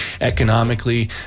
economically